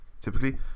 typically